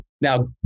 Now